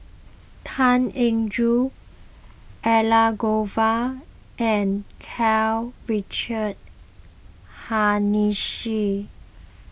Tan Eng Joo Elangovan and Karl Richard Hanitsch